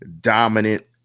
dominant